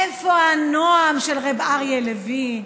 איפה הנועם של רב אריה לוין?